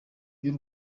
by’u